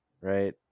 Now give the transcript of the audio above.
right